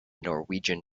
norwegian